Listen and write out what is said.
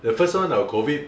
the first round of COVID